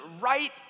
right